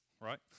right